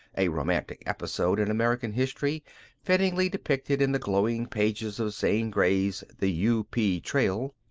a romantic episode in american history fittingly depicted in the glowing pages of zane grey's the u. p. trail.